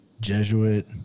Jesuit